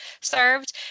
served